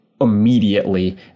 immediately